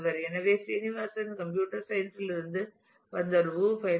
எனவே Srinivasan computer science லிருந்து வந்தவர் வு பைனான்ஸ்